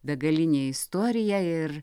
begalinė istorija ir